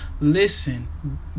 listen